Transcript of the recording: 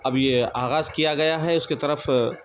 اب یہ آغاز کیا گیا ہے اُس کی طرف